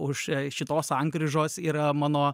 už šitos sankryžos yra mano